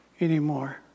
anymore